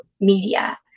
media